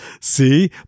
See